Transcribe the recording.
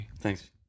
Thanks